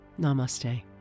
Namaste